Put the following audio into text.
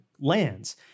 lands